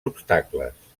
obstacles